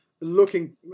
looking